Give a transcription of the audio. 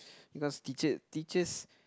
because teacher teachers